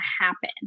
happen